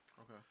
Okay